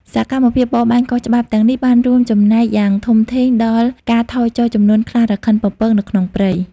សកម្មភាពបរបាញ់ខុសច្បាប់ទាំងនេះបានរួមចំណែកយ៉ាងធំធេងដល់ ការថយចុះចំនួនខ្លារខិនពពកនៅក្នុងព្រៃ។